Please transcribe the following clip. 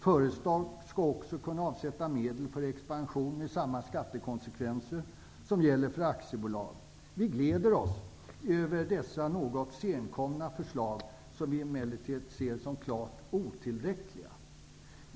Företag skall också kunna avsätta medel för expansion med samma skattekonsekvenser som gäller för aktiebolag. Vi gläder oss över dessa något senkomna förslag, som vi emellertid ser som klart otillräckliga.